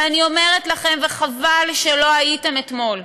ואני אומרת לכם, וחבל שלא הייתם אתמול: